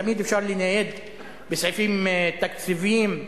תמיד אפשר לנייד בסעיפים תקציביים,